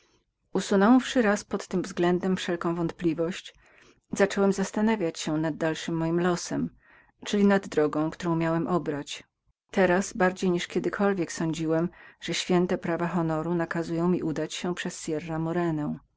przysięgi usunąwszy raz pod tym względem wszelką wątpliwość zacząłem zastanawiać się nad dalszym moim losem czyli nad drogą którą miałem obraćobrać teraz bardziej niż kiedykolwiek sądziłem że święte prawa honoru nakazują mi udać się przez sierra morena